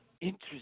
interest